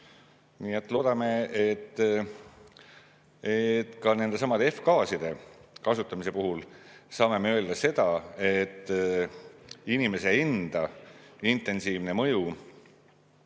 Nii et loodame, et ka nendesamade F-gaaside kasutamise puhul saame me öelda seda, et inimese enda intensiivne mõju